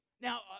Now